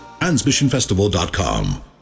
Transmissionfestival.com